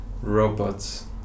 robots